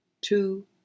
two